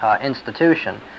institution